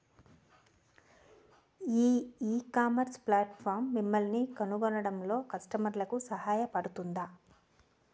ఈ ecommerce platform మిమ్మల్ని కనుగొనడంలో కస్టమర్లకు సహాయపడుతుందా?